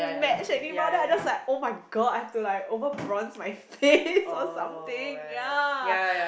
match anymore and I just like oh-my-god I have to like over bronze my face or something ya